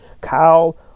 Kyle